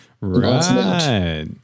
Right